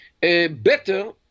better